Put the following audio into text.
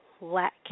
lack